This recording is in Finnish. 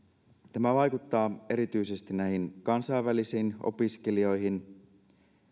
tämä vaikuttaa erityisesti kansainvälisiin opiskelijoihin